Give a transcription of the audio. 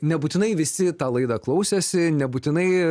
nebūtinai visi tą laidą klausėsi nebūtinai